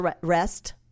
rest